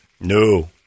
No